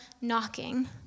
knocking